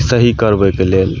सही करबैके लेल